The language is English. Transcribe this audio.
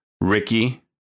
Ricky